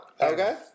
Okay